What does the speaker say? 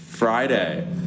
Friday